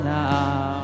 now